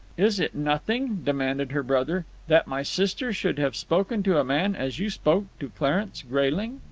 is it nothing, demanded her brother, that my sister should have spoken to a man as you spoke to clarence grayling?